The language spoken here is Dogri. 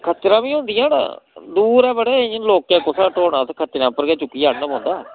खच्चरां बी होंदियां न दूर ऐ बड़े इ'यां लोकें कुत्थै ढोना उत्त खच्चरें उप्पर गै चुक्कियै आह्नना पौंदा